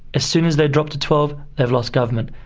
as soon as they drop to twelve, they've lost government.